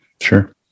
Sure